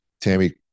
Tammy